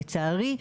לצערי,